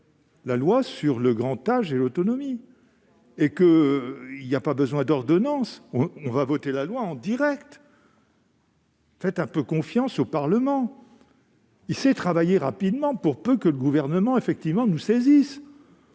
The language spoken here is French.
la loi sur le grand âge et l'autonomie. Il n'y a donc pas besoin d'ordonnances ; nous voterons la loi directement. Faites un peu confiance au Parlement, il sait travailler rapidement, pour peu que le Gouvernement le saisisse.